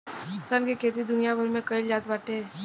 सन के खेती दुनिया भर में कईल जात बाटे